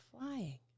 flying